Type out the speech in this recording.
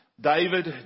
David